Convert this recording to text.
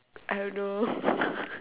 I don't know